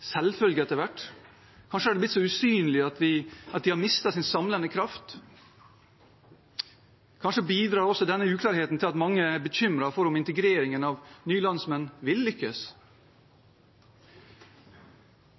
selvfølge etter hvert. Kanskje har de blitt så usynlige at de har mistet sin samlende kraft. Kanskje bidrar også denne uklarheten til at mange er bekymret for om integreringen av nye landsmenn vil lykkes.